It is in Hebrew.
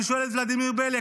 אני שואל את ולדימיר בליאק,